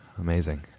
Amazing